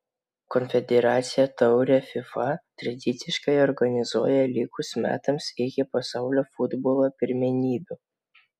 konfederacijų taurę fifa tradiciškai organizuoja likus metams iki pasaulio futbolo pirmenybių